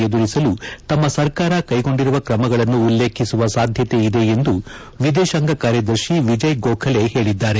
ಎದುರಿಸಲು ತಮ್ಮ ಸರ್ಕಾರ ಕೈಗೊಂಡಿರುವ ಕ್ರಮಗಳನ್ನು ಉಲ್ಲೇಖಿಸುವ ಸಾಧ್ಯತೆಯಿದೆ ಎಂದು ವಿದೇಶಾಂಗ ಕಾರ್ಯದರ್ಶಿ ವಿಜಯ್ ಗೋಖಲೆ ಹೇಳಿದ್ದಾರೆ